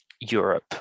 Europe